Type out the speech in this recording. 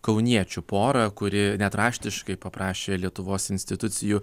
kauniečių porą kuri net raštiškai paprašė lietuvos institucijų